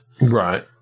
Right